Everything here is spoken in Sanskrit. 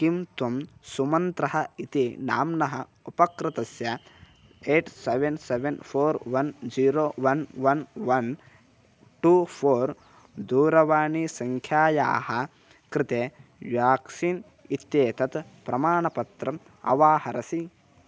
किं त्वं सुमन्त्रः इति नाम्नः उपकृतस्य eight seven seven four one zero one one one two four दूरवाणीसङ्ख्यायाः कृते व्याक्सीन् इत्येतत् प्रमाणपत्रम् अवाहरसि